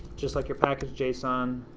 just like your package json